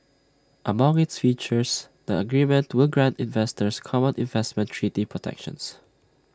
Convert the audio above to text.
among its features the agreement will grant investors common investment treaty protections